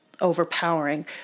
overpowering